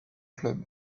club